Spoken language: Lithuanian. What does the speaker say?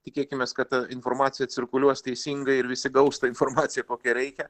tikėkimės kad ta informacija cirkuliuos teisingai ir visi gaus tą informaciją kokią reikia